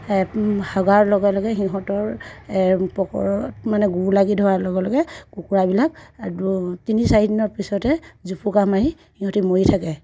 হগাৰ লগে লগে সিহঁতৰ পকৰত মানে গু লাগি ধৰাৰ লগে লগে কুকুৰাবিলাক তিনি চাৰিদিনৰ পিছতে জুপুকা মাৰি সিহঁতে মৰি থাকে